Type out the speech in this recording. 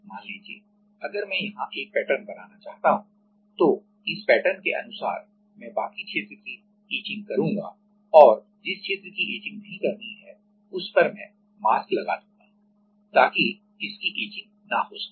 मान लीजिए अगर मैं यहां एक पैटर्न बनाना चाहता हूं तो तो इस पैटर्न के अनुसार मैं बाकी क्षेत्र की एचिंग करूंगा और जिस क्षेत्र की एचिंग नहीं करनी है है उस पर मैं मास्क लगा दूंगा हुआ ताकि इसकी एचिंग ना हो सके